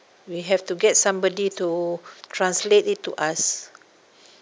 we have to get somebody to translate it to us